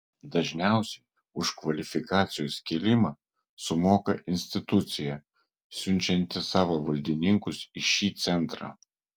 dažniausiai už kvalifikacijos kėlimą sumoka institucija siunčianti savo valdininkus į šį centrą